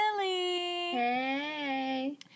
Hey